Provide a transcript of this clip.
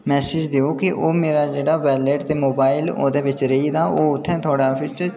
message देओ कि ओह् मेरा जेह्ड़ा बैलेट ते मोबाइल ओह्दे बिच्च रेही गेदा ओह् उत्थै थुआढ़े आफिस च